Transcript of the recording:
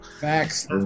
Facts